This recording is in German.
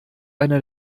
einer